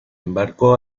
embarcó